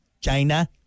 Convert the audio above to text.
China